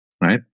right